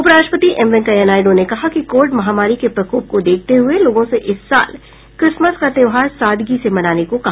उपराष्ट्रपति एम वेंकैया नायडू ने कहा है कि कोविड महामारी के प्रकोप को देखते हुए लोगों से इस साल क्रिसमस का त्यौहार सादगी से मनाने को कहा